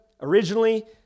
originally